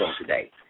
today